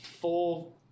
full